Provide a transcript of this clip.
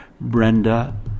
Brenda